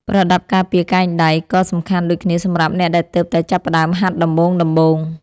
ប្រដាប់ការពារកែងដៃ ក៏សំខាន់ដូចគ្នាសម្រាប់អ្នកដែលទើបតែចាប់ផ្ដើមហាត់ដំបូងៗ។